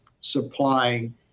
supplying